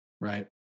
right